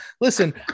Listen